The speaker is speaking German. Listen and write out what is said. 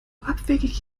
abwegig